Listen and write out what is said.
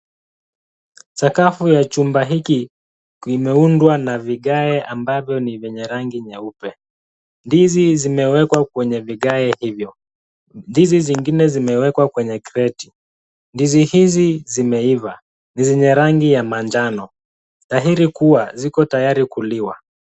Sakafu ya chumba hiki kimeundwa na vigae ambavyo ni vyenye rangi nyeupe. Ndizi zimewekwa kwenye vigae hivyo. Ndizi zingine zimewekwa kwenye kreti. Ndizi hizi zimeiva, ni zenye rangi ya manjano dhahiri kuwa ziko tayari kuliwa.